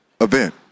event